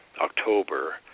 october